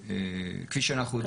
כפי שאנחנו יודעים,